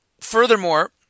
Furthermore